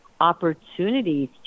opportunities